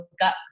gut